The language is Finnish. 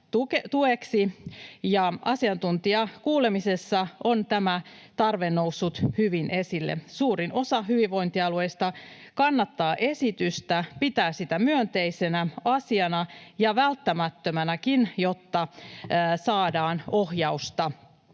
tueksi, ja asiantuntijakuulemisessa on tämä tarve noussut hyvin esille. Suurin osa hyvinvointialueista kannattaa esitystä, pitää sitä myönteisenä asiana ja välttämättömänäkin, jotta saadaan ohjausta